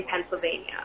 Pennsylvania